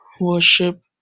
worship